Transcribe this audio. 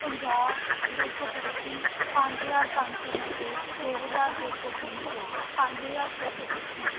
ਪੰਜਾਹ ਦੋ ਸੌ ਪੱਚੀ ਪੰਜ ਹਜ਼ਾਰ ਪੰਜ ਸੌ ਨੱਬੇ ਦੋ ਹਜ਼ਾਰ ਦੋ ਸੌ ਵੀਹ ਪੰਜ ਹਜ਼ਾਰ ਛੇ ਸੌ ਪੱਚੀ